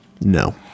No